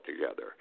together